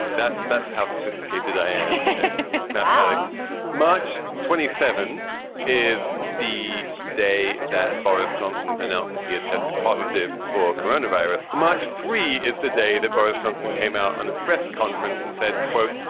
so that's that's how sophisticated i am but march twenty seven is the day that boris johnson announced that he had tested positive for corona virus march three is the day that boris johnson came out on a press conference and said, quote,